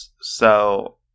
So-